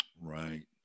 Right